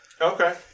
Okay